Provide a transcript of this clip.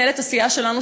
מנהלת הסיעה שלנו,